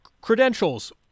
credentials